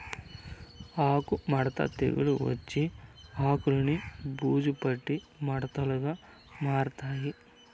ఆకు ముడత తెగులు వచ్చి ఆకులన్ని బూజు పట్టి ముడతలుగా మారతాయి